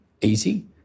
easy